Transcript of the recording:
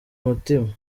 umutima